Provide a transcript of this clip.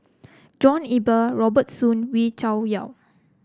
John Eber Robert Soon Wee Cho Yaw